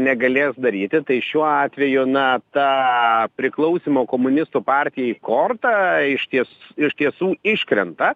negalės daryti tai šiuo atveju na ta priklausymo komunistų partijai korta išties iš tiesų iškrenta